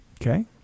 Okay